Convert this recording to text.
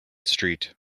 street